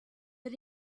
but